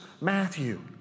Matthew